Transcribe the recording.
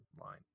line